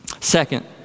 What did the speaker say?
Second